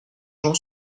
jean